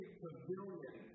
pavilion